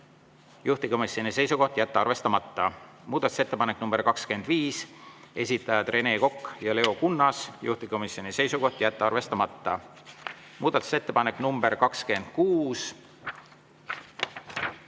juhtivkomisjoni seisukoht on jätta arvestamata. Muudatusettepanek nr 25, esitajad Rene Kokk ja Leo Kunnas, juhtivkomisjoni seisukoht on jätta arvestamata. Muudatusettepanek nr 26,